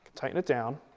tighten it down,